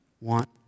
want